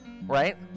right